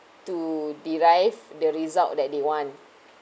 to derive the result that they want